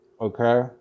Okay